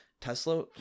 Tesla